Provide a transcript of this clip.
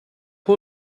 who